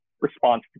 response